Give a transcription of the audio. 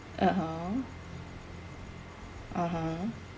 (uh huh) (uh huh)